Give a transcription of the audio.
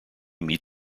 meet